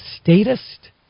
statist